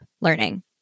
learning